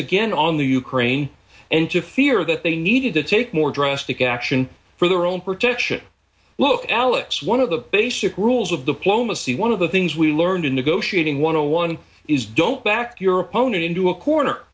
again on the ukraine and to fear that they need to take more drastic action for their own protection look alex one of the basic rules of the plume a c one of the things we learned in negotiating one o one is don't back your opponent into a corner